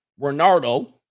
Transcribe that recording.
Renardo